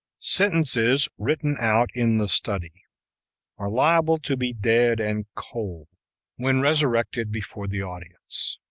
sentences written out in the study are liable to be dead and cold when resurrected before the audience.